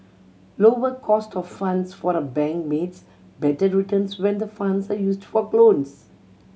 lower cost of funds for the bank means better returns when the funds are used for loans